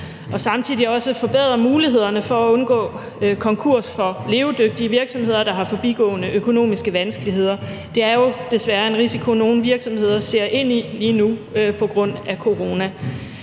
de samtidig også forbedrer mulighederne for at undgå konkurs for levedygtige virksomheder, der har forbigående økonomiske vanskeligheder. Det er jo desværre en risiko, nogle virksomheder ser ind i lige nu på grund af corona.